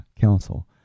council